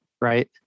right